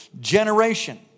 generation